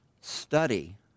study